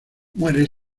muere